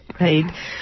Right